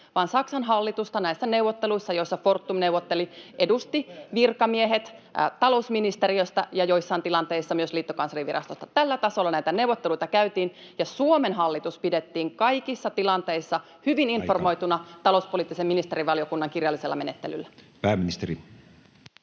Saksan hallitusta näissä neuvotteluissa, joissa Fortum neuvotteli, edustivat virkamiehet talousministeriöstä ja joissain tilanteissa myös liittokanslerinvirastosta. Tällä tasolla näitä neuvotteluita käytiin, [Puhemies: Aika!] ja Suomen hallitus pidettiin kaikissa tilanteissa hyvin informoituna talouspoliittisen ministerivaliokunnan kirjallisella menettelyllä. [Speech